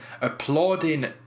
applauding